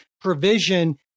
provision